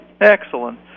Excellent